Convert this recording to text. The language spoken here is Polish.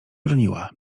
broniła